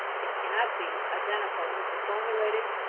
it cannot be, identical with the formulated,